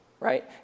Right